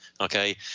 okay